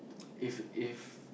if if